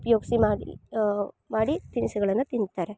ಉಪಯೋಗಿಸಿ ಮಾಡಿ ಮಾಡಿ ತಿನಿಸುಗಳನ್ನು ತಿಂತಾರೆ